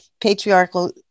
Patriarchal